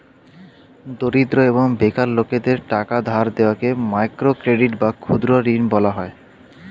দরিদ্র এবং বেকার লোকদের টাকা ধার দেওয়াকে মাইক্রো ক্রেডিট বা ক্ষুদ্র ঋণ বলা হয়